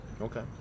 okay